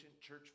church